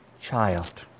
child